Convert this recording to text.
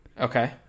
Okay